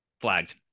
Flagged